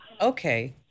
Okay